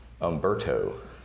Umberto